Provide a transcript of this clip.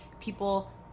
People